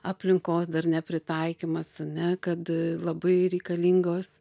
aplinkos dar nepritaikymas ane kad labai reikalingos